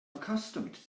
accustomed